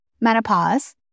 Menopause